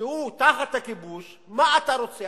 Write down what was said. שהוא תחת כיבוש מה אתה רוצה,